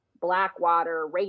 Blackwater